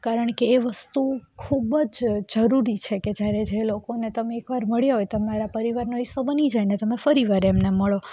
કારણ કે એ વસ્તુ ખૂબ જ જરૂરી છે કે જ્યારે જે લોકો ને તમે એકવાર મળ્યા હોય તમારા પરિવારનો હિસ્સો બની જાયને તમે ફરી વાર એમને મળો